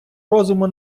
розуму